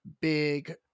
big